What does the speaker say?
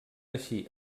així